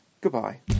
Goodbye